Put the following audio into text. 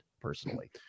personally